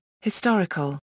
Historical